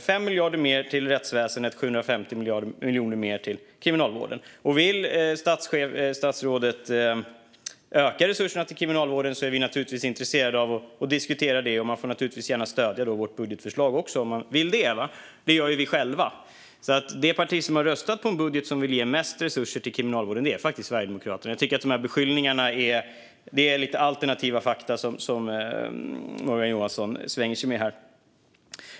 Det är 5 miljarder mer till rättsväsendet och 750 miljoner mer till Kriminalvården. Vill statsrådet öka resurserna till Kriminalvården är vi naturligtvis intresserade av att diskutera det. Man får naturligtvis också gärna stödja vårt budgetförslag om man vill - det gör vi själva. Det parti som har röstat på en budget som ger mest resurser till Kriminalvården är faktiskt Sverigedemokraterna. När det gäller beskyllningarna tycker jag att det är lite alternativa fakta som Morgan Johansson svänger sig med.